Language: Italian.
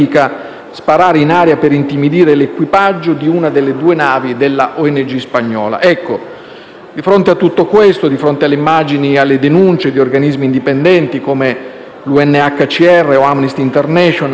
sparare in aria per intimidire l'equipaggio di una delle due navi della ONG spagnola. Ecco, di fronte a tutto questo, di fronte alle immagini e alle denunce di organismi indipendenti come l'UNHCR o Amnesty International,